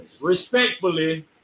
Respectfully